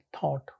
thought